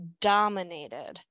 dominated